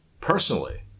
personally